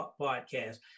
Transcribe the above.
podcast